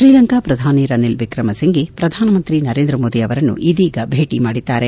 ಶ್ರೀಲಂಕಾ ಪ್ರಧಾನಿ ರನಿಲ್ ವಿಕ್ರಮ ಸಿಂಫೆ ಪ್ರಧಾನಮಂತ್ರಿ ನರೇಂದ್ರ ಮೋದಿ ಅವರನ್ನು ಇದೀಗ ಭೇಟಿ ಮಾಡಿದ್ದಾರೆ